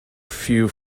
few